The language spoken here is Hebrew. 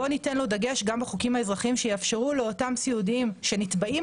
בואו ניתן לו דגש גם בחוקים האזרחיים שיאפשרו לאותם סיעודיים שנתבעים,